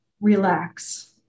relax